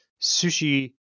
sushi